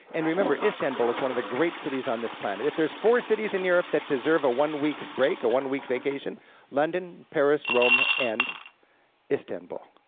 and remember istanbul is one of the great cities on this planet. if there's four cities in europe that deserve a one week break, a one-week vacation london, paris, rome, and istanbul.